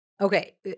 okay